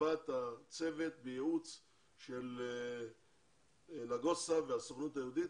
הרחבת הצוות ושיתוף ייעוץ של נגוסה והסוכנות היהודית.